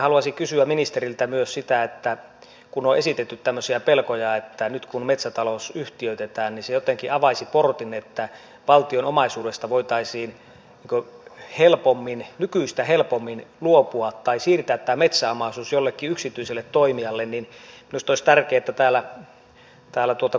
haluaisin kysyä ministeriltä myös että kun on esitetty tämmöisiä pelkoja että nyt kun metsätalous yhtiöitetään niin se jotenkin avaisi portin että valtion omaisuudesta voitaisiin nykyistä helpommin luopua tai siirtää tämä metsäomaisuus jollekin yksityiselle toimijalle niin minusta olisi tärkeää että täällä kuulisimme